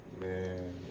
man